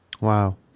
Wow